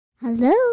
Hello